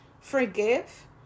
forgive